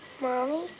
Mommy